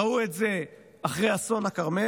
ראו את זה אחרי אסון הכרמל,